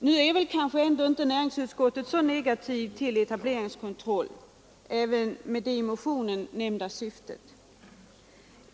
Näringsutskottet är kanske ändå inte så negativt till etableringskontroll med det i motionen nämnda syftet.